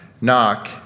Knock